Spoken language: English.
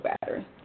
battery